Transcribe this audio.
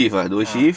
ah